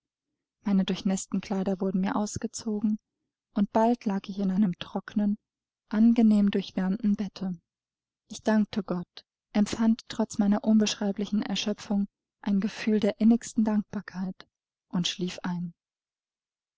meine durchnäßten kleider wurden mir ausgezogen und bald lag ich in einem trocknen angenehm durchwärmten bette ich dankte gott empfand trotz meiner unbeschreiblichen erschöpfung ein gefühl der innigsten dankbarkeit und schlief ein